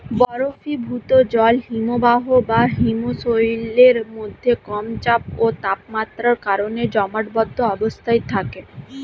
বরফীভূত জল হিমবাহ বা হিমশৈলের মধ্যে কম চাপ ও তাপমাত্রার কারণে জমাটবদ্ধ অবস্থায় থাকে